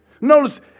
Notice